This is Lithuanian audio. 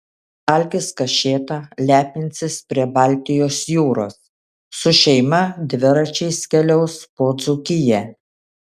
algis kašėta lepinsis prie baltijos jūros su šeima dviračiais keliaus po dzūkiją